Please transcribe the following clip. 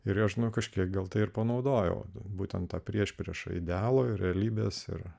ir jos kažkiek gal tai ir panaudojau būtent priešprieša idealo ir realybės yra